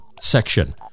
section